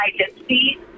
identity